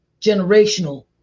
Generational